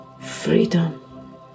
freedom